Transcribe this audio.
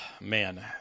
man